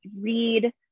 read